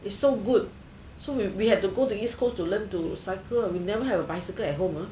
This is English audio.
is so good so we have to go to east coast to learn to cycle we never have a bicycle at home